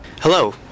Hello